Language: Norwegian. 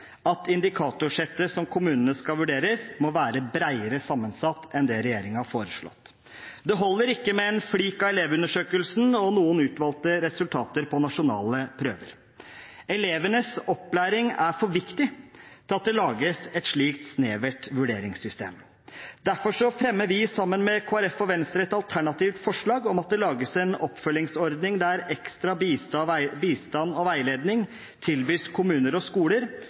at indikatorsettet som kommunene skal vurderes etter, må være bredere sammensatt enn det regjeringen har foreslått. Det holder ikke med en flik av elevundersøkelsen og noen utvalgte resultater på nasjonale prøver; elevenes opplæring er for viktig til at det lages et slikt snevert vurderingssystem. Derfor fremmer vi, sammen med Kristelig Folkeparti og Venstre, et alternativt forslag om at det lages en oppfølgingsordning der ekstra bistand og veiledning tilbys kommuner og skoler